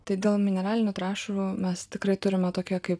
tai dėl mineralinių trąšų mes tikrai turime tokią kaip